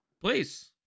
please